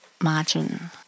Margin